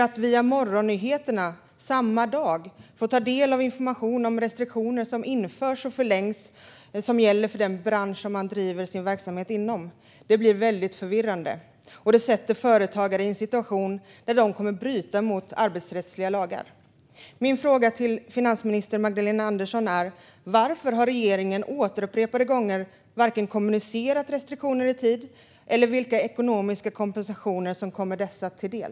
Att via morgonnyheterna samma dag få ta del av information om restriktioner som införs och förlängs för den bransch som man bedriver sin verksamhet inom blir väldigt förvirrande, och det sätter företagare i en situation där de kommer att bryta mot arbetsrättsliga lagar. Min fråga till finansminister Magdalena Andersson är varför regeringen upprepade gånger inte har kommunicerat vare sig restriktioner i tid eller vilka ekonomiska kompensationer som kommer dessa företag till del.